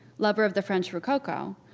lover of the french rococo,